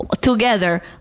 together